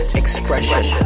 expression